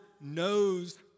knows